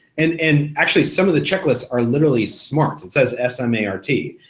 and and actually some of the checklists are literally smart, it says s m a r t,